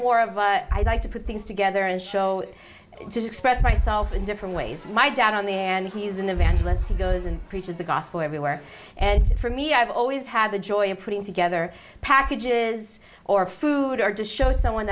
of i'd like to put things together and show to express myself in different ways my dad on the and he's an evangelist he goes and preaches the gospel everywhere and for me i've always had the joy of putting together packages or food or just show someone